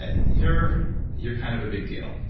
ah you're you're kind of a big deal.